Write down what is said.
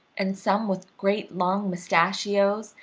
and some with great long mustachios,